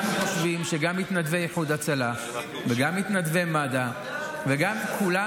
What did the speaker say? אנחנו חושבים שגם מתנדבי איחוד הצלה וגם מתנדבי מד"א וגם כולם.